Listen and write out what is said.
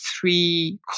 three